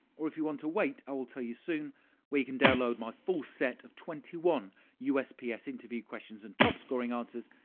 or if you want to wait, i will tell you soon we can download my full set of twenty one usps interview questions and top scoring answers,